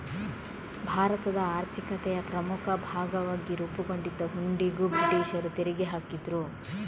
ಭಾರತದ ಆರ್ಥಿಕತೆಯ ಪ್ರಮುಖ ಭಾಗವಾಗಿ ರೂಪುಗೊಂಡಿದ್ದ ಹುಂಡಿಗೂ ಬ್ರಿಟೀಷರು ತೆರಿಗೆ ಹಾಕಿದ್ರು